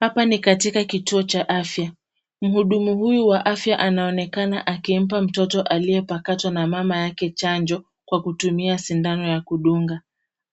Hapa ni katika kituo cha afya. Mhudumu huyu wa afya anaonekana akimpa mtoto aliyepakatwa na mama yake chanjo kwa kutumia sindano ya kudunga.